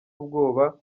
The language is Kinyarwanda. ubwoba